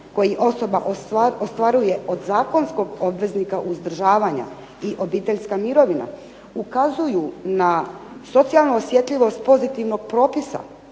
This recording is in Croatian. koji osoba ostvaruje od zakonskog obveznika uzdržavanja i obiteljska mirovina ukazuju na socijalnu osjetljivost pozitivnog propisa,